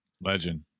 legend